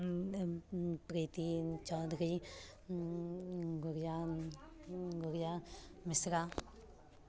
Preeti Chaudhary Gudiya Gudiya Mishra